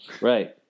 Right